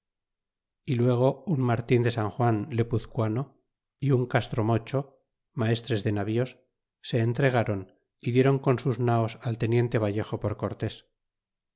y luego un martin de san juan lepuzcuano y un castromocho maestres de navíos se entregron ó dieron con sus naos al teniente vallejo por cortes